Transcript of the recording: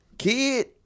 Kid